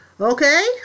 Okay